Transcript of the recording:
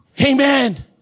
Amen